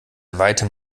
weitem